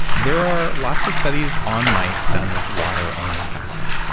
there are lots of studies on mice done with water-only fasting.